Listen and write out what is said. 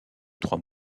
trois